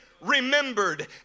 remembered